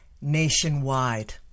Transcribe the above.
nationwide